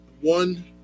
One